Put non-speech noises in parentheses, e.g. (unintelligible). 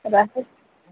(unintelligible)